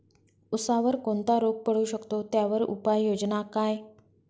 ऊसावर कोणता रोग पडू शकतो, त्यावर उपाययोजना काय?